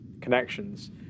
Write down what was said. connections